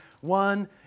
one